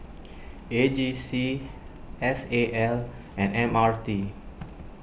A J C S A L and M R T